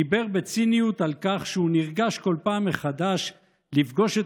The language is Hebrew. דיבר בציניות על כך שהוא נרגש כל פעם מחדש לפגוש את